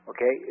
Okay